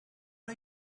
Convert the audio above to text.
are